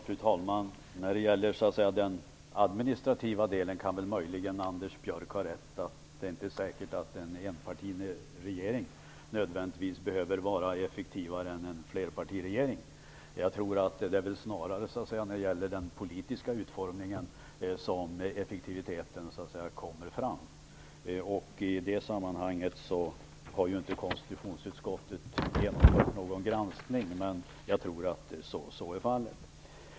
Fru talman! När det gäller den administrativa delen kan Anders Björck möjligen ha rätt. Det är inte säkert att en enpartiregering nödvändigtvis behöver vara effektivare än en flerpartiregering. Jag tror snarare att det är i fråga om den politiska utformningen som effektiviteten kommer fram. I det sammanhanget har inte konstitutionsutskottet genomfört någon granskning, men jag tror att så är fallet.